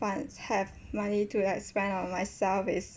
fun have money to like spend on myself is